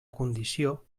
condició